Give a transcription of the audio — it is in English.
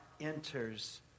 enters